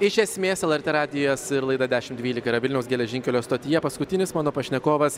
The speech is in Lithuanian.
iš esmės lrt radijas ir laida dešim dvylika yra vilniaus geležinkelio stotyje paskutinis mano pašnekovas